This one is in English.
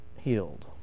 healed